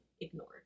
ignore